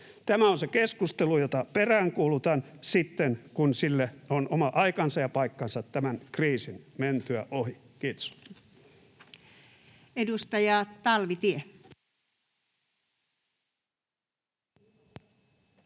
Tämä on se keskustelu, jota peräänkuulutan sitten, kun sille on oma aikansa ja paikkansa tämän kriisin mentyä ohi. — Kiitos. [Speech 13]